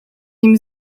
nim